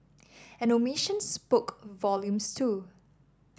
an omission spoke volumes too